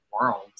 world